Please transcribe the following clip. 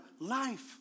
life